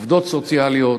עובדות סוציאליות,